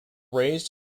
raised